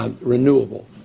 renewable